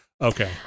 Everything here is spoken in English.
Okay